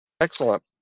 excellent